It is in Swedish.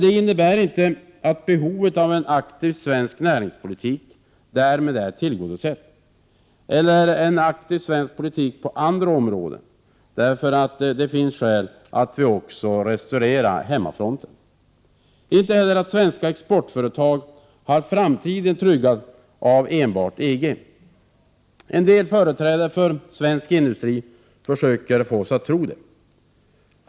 Det innebär inte att behovet av en aktiv svensk näringspolitik eller en aktiv svensk politik på andra områden därmed är tillgodosett. Det finns skäl att också restaurera hemmafronten. Inte heller har svenska exportföretag framtiden tryggad av enbart EG. En del företrädare för svensk industri försöker få oss att tro det.